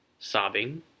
Sobbing